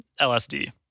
LSD